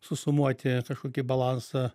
susumuoti kažkokį balansą